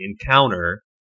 encounter